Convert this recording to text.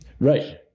right